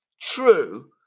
true